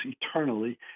eternally